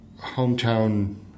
hometown